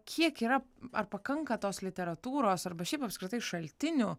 kiek yra ar pakanka tos literatūros arba šiaip apskritai šaltinių